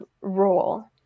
role